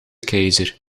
keizer